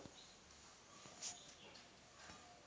ಅಟಲ್ ಬಿಹಾರಿ ಸ್ಕೀಮಿನ ಉಪಯೋಗವೇನು?